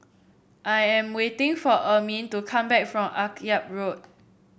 I am waiting for Ermine to come back from Akyab Road